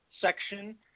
section